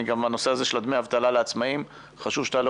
הנושא הזה של דמי אבטלה לעצמאים חשוב שתעלה